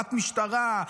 הקמת משטרה,